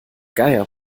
geier